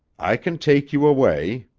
i can take you away,